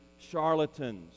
charlatans